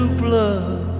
blood